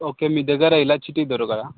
okay మీ దగ్గర ఇలాచి టీ దొరకదా